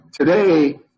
Today